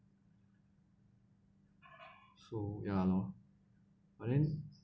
so ya lor but then